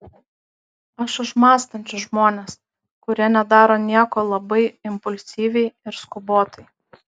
aš už mąstančius žmones kurie nedaro nieko labai impulsyviai ir skubotai